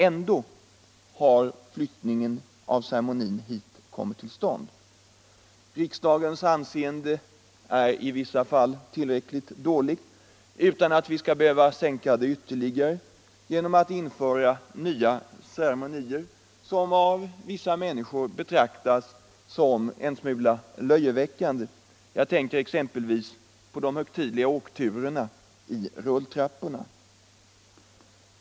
Ändå har flyttningen av ceremonin hit kommit till stånd. Riksdagens anseende är i vissa fall tillräckligt dåligt utan att vi skall behöva sänka det ytterligare genom att införa nya ceremonier som av vissa människor betraktas som löjeväckande. Jag tänker exempelvis på de högtidliga åkturerna i rulltrapporna.